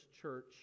church